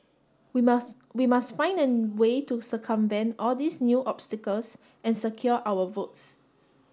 we must we must find an way to circumvent all these new obstacles and secure our votes